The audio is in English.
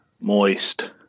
moist